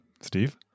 steve